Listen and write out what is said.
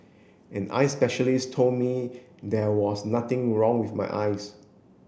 an eye specialist told me there was nothing wrong with my eyes